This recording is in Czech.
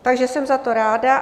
Takže jsem za to ráda.